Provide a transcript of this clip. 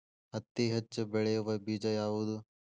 ಹತ್ತಿ ಹೆಚ್ಚ ಬೆಳೆಯುವ ಬೇಜ ಯಾವುದು?